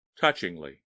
touchingly